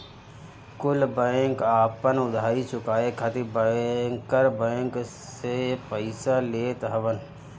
कुल बैंक आपन उधारी चुकाए खातिर बैंकर बैंक से पइसा लेत हवन